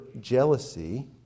jealousy